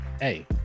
Hey